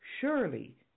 Surely